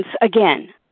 again